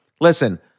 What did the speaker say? listen